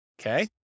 Okay